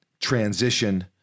transition